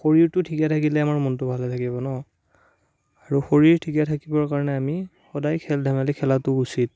শৰীৰটো ঠিকে থাকিলে আমাৰ মনটো ভালে থাকিব ন আৰু শৰীৰ ঠিকে থাকিবৰ কাৰণে আমি সদায় খেল ধেমালি খেলাতো উচিত